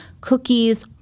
cookies